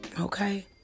okay